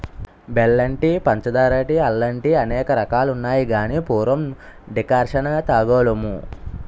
బెల్లం టీ పంచదార టీ అల్లం టీఅనేక రకాలున్నాయి గాని పూర్వం డికర్షణ తాగోలుము